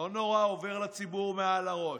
לא נורא, זה עובר לציבור מעל הראש.